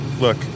Look